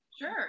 Sure